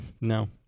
no